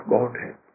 Godhead